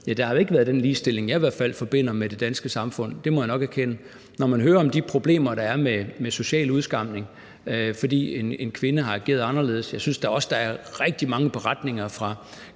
der har været den ligestilling, jeg i hvert fald forbinder med det danske samfund. Det må jeg nok erkende. Man hører om de problemer, der er med social udskamning, fordi en kvinde har ageret anderledes, og jeg synes da også, der er rigtig mange beretninger fra